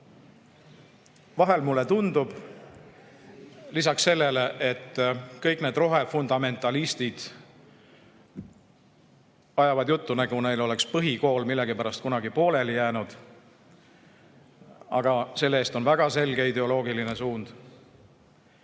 vahel mulle tundub lisaks sellele, et kõik need rohefundamentalistid ajavad juttu, nagu neil oleks põhikool millegipärast kunagi pooleli jäänud, aga selle eest on väga selge ideoloogiline suund.